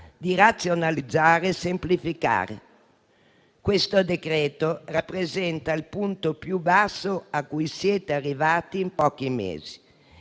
di razionalizzare e semplificare. Il provvedimento in esame rappresenta il punto più basso a cui siete arrivati in pochi mesi.